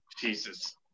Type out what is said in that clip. jesus